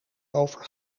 over